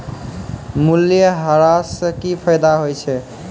मूल्यह्रास से कि फायदा होय छै?